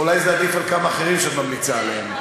אולי זה עדיף על כמה אחרים שאת ממליצה עליהם.